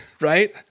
Right